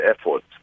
efforts